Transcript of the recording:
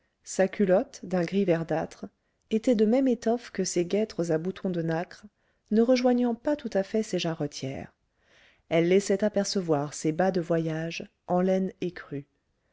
sa culotte d'un gris verdâtre était de même étoffe que ses guêtres à boutons de nacre ne rejoignant pas tout à fait ses jarretières elles laissaient apercevoir ses bas de voyage en laine écrue